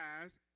guys